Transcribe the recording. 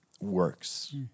works